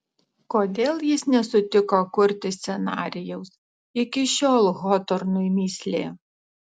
kodėl jis nesutiko kurti scenarijaus iki šiol hotornui mįslė